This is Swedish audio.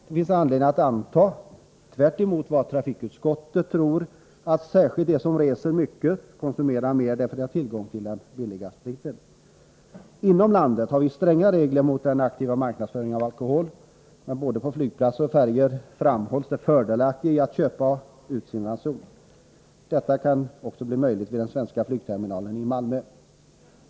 Det finns anledning att anta, tvärtemot vad trafikutskottet tror, att särskilt de som reser mycket konsumerar mer därför att de har tillgång till den billiga spriten. Inom landet har vi stränga regler mot aktiv marknadsföring av alkohol. Men på både flygplatser och färjor framhålls det fördelaktiga i att köpa ut sin ranson. Detta kan också bli möjligt vid den svenska flygterminalen i Malmö.